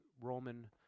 Roman